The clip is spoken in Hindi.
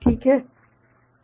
ठीक है न